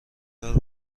دار